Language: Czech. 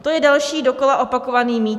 To je další dokola opakovaný mýtus.